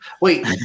Wait